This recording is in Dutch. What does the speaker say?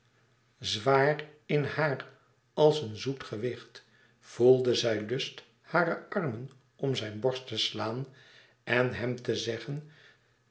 zwaar n haar als een zoet gewicht voelde zij lust hare armen om zijn borst te slaan en hem te zeggen